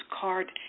card